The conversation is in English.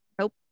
Nope